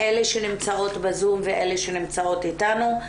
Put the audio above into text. אלה שנמצאות בזום ואלה שנמצאות איתנו.